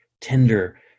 tender